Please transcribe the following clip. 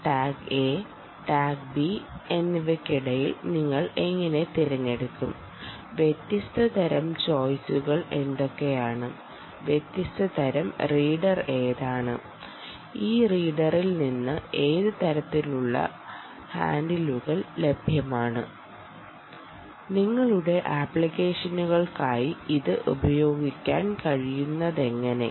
tag A tag B എന്നിവയ്ക്കിടയിൽ നിങ്ങൾ എങ്ങനെ തിരഞ്ഞെടുക്കും വ്യത്യസ്ത തരം ചോയിസുകൾ എന്തൊക്കെയാണ് വ്യത്യസ്ത തരം റീഡർ ഏതാണ് ഈ റീഡറിൽ നിന്ന് ഏത് തരത്തിലുള്ള ഹാൻഡിലുകൾ ലഭ്യമാണ് നിങ്ങളുടെ അപ്ലിക്കേഷനുകൾക്കായി ഇത് ഉപയോഗിക്കാൻ കഴിയുന്നതെങ്ങനെ